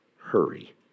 hurry